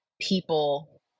people